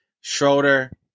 Schroeder